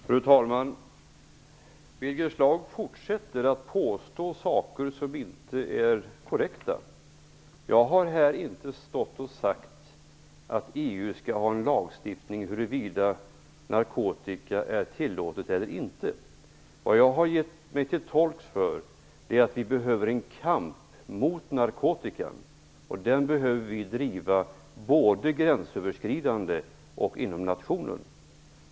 Fru talman! Birger Schlaug fortsätter att påstå saker som inte är korrekta. Jag har inte sagt att EU skall ha en lagstiftning om huruvida narkotika är tillåtet eller inte. Vad jag har gjort mig till tolk för är att vi behöver en kamp mot narkotikan, och den behöver vi driva både gränsöverskridande och inom nationen.